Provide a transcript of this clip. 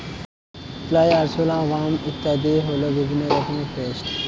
fly, আরশোলা, wasp ইত্যাদি হল বিভিন্ন রকমের পেস্ট